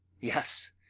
yes!